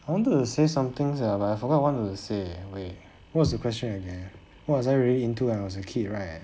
I wanted to say something eh but I forgot I want to say wait what's the question again what's I really into when I was a kid right